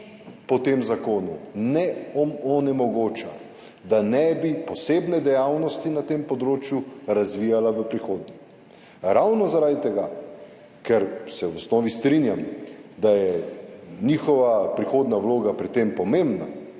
po tem zakonu ne onemogoča, da ne bi posebne dejavnosti na tem področju razvijala v prihodnje. Ravno zaradi tega, ker se v osnovi strinjam, da je njihova prihodnja vloga pri tem pomembna,